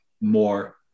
more